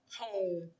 home